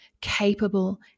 capable